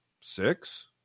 six